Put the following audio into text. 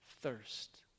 thirst